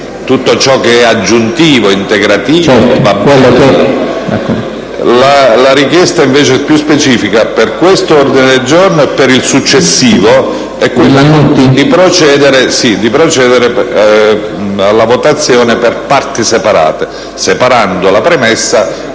tutto ciò che è aggiuntivo o integrativo va bene. La richiesta più specifica, per quest'ordine del giorno G26 e per il successivo G36, è invece di procedere alla votazione per parti separate, disgiungendo la premessa